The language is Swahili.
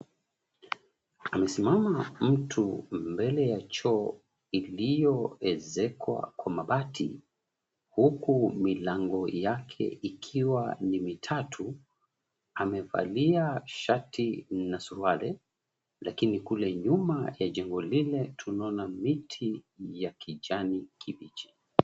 Amesimama mtu mbele ya choo iliyoezekwa kwa mabati huku milango yake ikiwa ni mitatu. Amevalia shati na suruali, lakini kule nyuma ya jengo lile tunaona miti ya kijani kibichi.